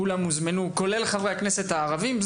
כולם הוזמנו, כולל חברי הכנסת הערבים.